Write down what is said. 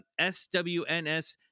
SWNS